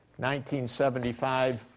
1975